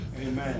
Amen